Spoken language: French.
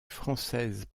françaises